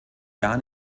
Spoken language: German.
gar